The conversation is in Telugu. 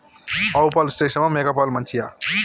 ఆవు పాలు శ్రేష్టమా మేక పాలు మంచియా?